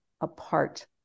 apart